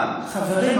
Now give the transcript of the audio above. חברים,